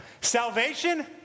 Salvation